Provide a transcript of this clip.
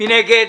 מי נגד?